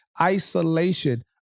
isolation